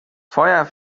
feuer